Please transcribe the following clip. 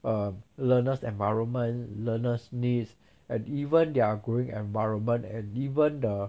um learners' environment learners' needs and even their growing environment and even err